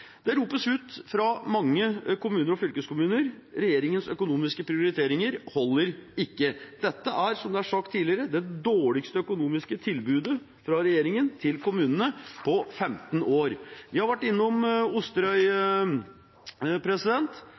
Det ropes ut fra mange kommuner og fylkeskommuner: Regjeringens økonomiske prioriteringer holder ikke. Dette er, som det er sagt tidligere, det dårligste økonomiske tilbudet fra regjeringen til kommunene på 15 år. Vi har vært innom Osterøy.